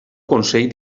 consell